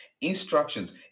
instructions